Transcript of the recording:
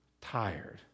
tired